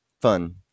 fun